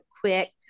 quick